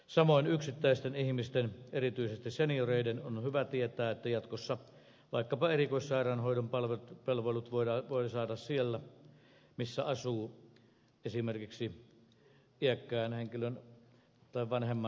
samoin yksittäisten ihmisten erityisesti senioreiden on hyvä tietää että jatkossa vaikkapa erikoissairaanhoidon palvelut voi saada siellä missä asuu esimerkiksi iäkkään henkilön tai vanhemman lapsia